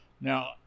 Now